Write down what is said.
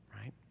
right